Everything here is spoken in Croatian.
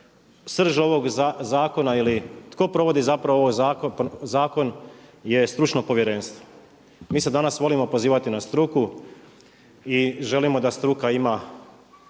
srž ovog zakona, ili tko provodi zapravo ovo zakon je stručno povjerenstvo. Mi se danas volimo pozivati na struku i želimo da struka ima